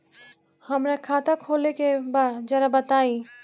हमरा खाता खोले के बा जरा बताई